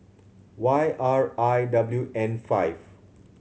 Y R I W N five